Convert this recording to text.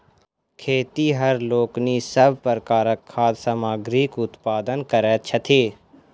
खेतिहर लोकनि सभ प्रकारक खाद्य सामग्रीक उत्पादन करैत छथि